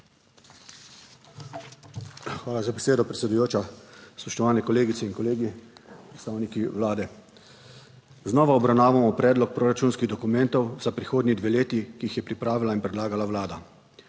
Hvala za besedo, predsedujoča. Spoštovani kolegice in kolegi, predstavniki Vlade! Znova obravnavamo predlog proračunskih dokumentov za prihodnji dve leti, ki jih je pripravila in predlagala vlada.